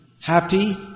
happy